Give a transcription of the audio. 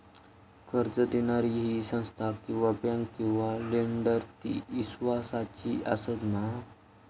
कर्ज दिणारी ही संस्था किवा बँक किवा लेंडर ती इस्वासाची आसा मा?